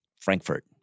Frankfurt